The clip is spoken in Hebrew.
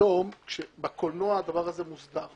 היום בקולנוע הדבר הזה מוסדר,